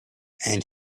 and